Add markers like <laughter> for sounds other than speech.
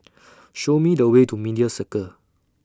<noise> Show Me The Way to Media Circle